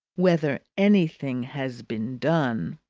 whether anything has been done.